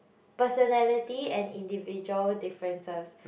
personality and individual differences